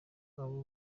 abo